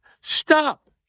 Stop